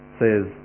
says